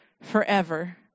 Forever